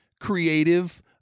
creative